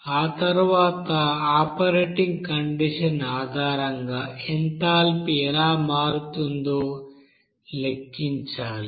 ఆ తరువాత operating condition ఆధారంగా ఎంథాల్పీ ఎలా మారుతుందో లెక్కించాలి